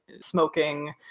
smoking